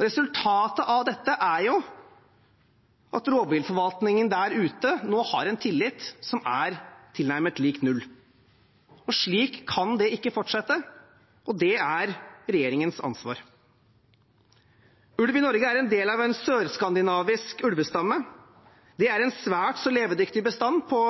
Resultatet av dette er at rovviltforvaltningen der ute nå har en tillit som er tilnærmet lik null. Slik kan det ikke fortsette, og det er regjeringens ansvar. Ulven i Norge er en del av en sør-skandinavisk ulvestamme. Det er en svært levedyktig bestand på